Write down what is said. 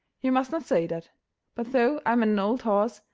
you must not say that but though i am an old horse,